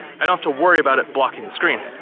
i don't have to worry about it blocking the screen.